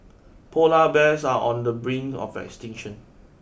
polar bears are on the brink of extinction